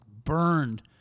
burned